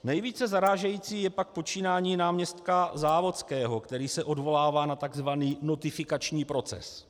Nejvíce zarážející je pak počínání náměstka Závodského, který se odvolává na tzv. notifikační proces.